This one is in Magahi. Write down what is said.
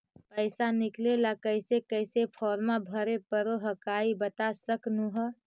पैसा निकले ला कैसे कैसे फॉर्मा भरे परो हकाई बता सकनुह?